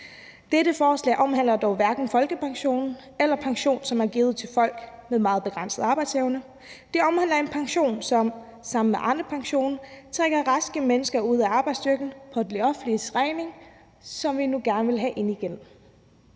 Det her forslag omhandler dog hverken folkepension eller pension, som er givet til folk med meget begrænset arbejdsevne; det omhandler en pension, som sammen med Arnepensionen trækker raske mennesker ud af arbejdsstyrken på det offentliges regning, som vi nu gerne vil have ind igen.